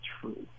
true